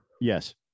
Yes